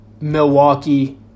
Milwaukee